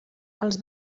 els